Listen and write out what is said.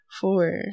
four